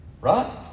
Right